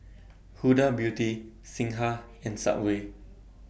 Huda Beauty Singha and Subway